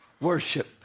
worship